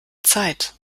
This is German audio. zeit